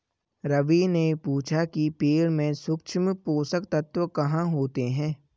रवि ने पूछा कि पेड़ में सूक्ष्म पोषक तत्व कहाँ होते हैं?